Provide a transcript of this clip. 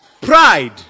Pride